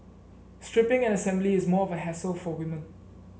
stripping and assembly is more of a hassle for women